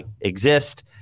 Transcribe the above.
exist